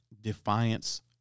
Defiance